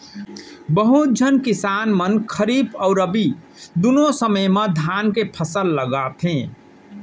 बहुत झन किसान मन खरीफ अउ रबी दुनों समे म धान के फसल लगाथें